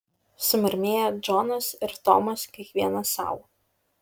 sumurmėję džonas ir tomas kiekvienas sau